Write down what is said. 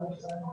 שומעים עכשיו?